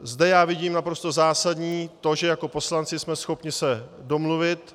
Zde já vidím naprosto zásadní to, že jako poslanci jsme schopni se domluvit.